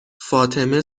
فاطمه